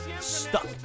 stuck